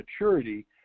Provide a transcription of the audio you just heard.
maturity